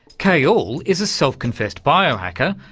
kay aull is a self-confessed biohacker.